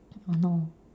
don't know